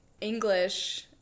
English